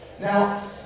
now